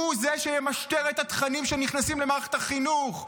הוא זה שימשטר את התכנים שנכנסים למערכת החינוך.